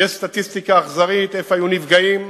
יש סטטיסטיקה אכזרית איפה היו נפגעים,